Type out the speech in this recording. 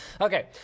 Okay